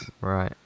Right